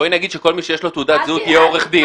אז בואי נגיד שכל מי שיש לו תעודת זהות יהיה עורך דין.